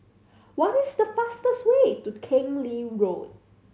what is the best way to Keng Lee Road